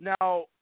now